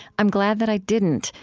i'm glad that i didn't,